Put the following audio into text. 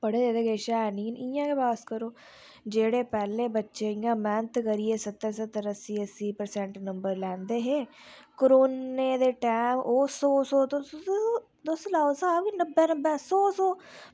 पढ़े दे किश हैन निं हैन इंया गै पास करो जेह्ड़े बच्चे पैह्लें इंया मैह्नत करियै इंया सत्तर सत्तर अस्सीं अस्सीं परसैंट नंबर लैंदे हे कोरोना दे टाईम ओह् सौ सौ तोड़ी तुस लाई लैओ स्हाब नब्बै नब्बै